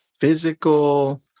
physical